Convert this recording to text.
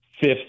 fifth